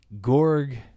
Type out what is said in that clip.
Gorg